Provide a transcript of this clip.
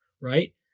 right